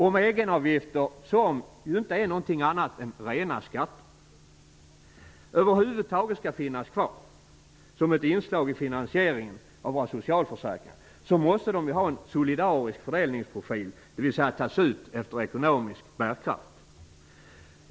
Om egenavgifter, som ju egentligen inte är något annat än rena skatter, över huvud taget skall finnas kvar som ett inslag i finansieringen av våra socialförsäkringar, måste de ha en solidarisk fördelningsprofil, dvs. tas ut efter ekonomisk bärkraft.